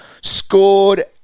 scored